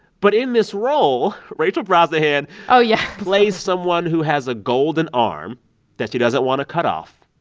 but in this role, rachel brosnahan. oh, yeah. plays someone who has a golden arm that she doesn't want to cut off.